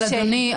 אדוני,